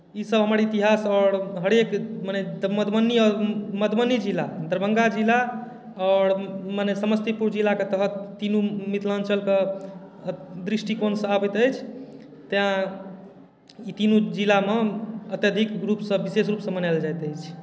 ईसभ हमर इतिहास आओर हरेक मने मधुबनी आओर मधुबनी जिला दरभंगा जिला आओर मने समस्तीपुर जिलाके तहत तीनू मिथिलाञ्चलके दृष्टिकोणसँ आबैत अछि तैँ ई तीनू जिलामे अत्यधिक रूपसँ विशेष रूपसँ मनायल जाइत अछि